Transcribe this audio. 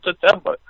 September